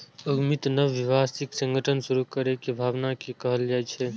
उद्यमिता नव व्यावसायिक संगठन शुरू करै के भावना कें कहल जाइ छै